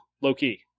low-key